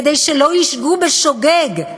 כדי שלא ישגו, בשוגג,